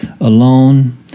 alone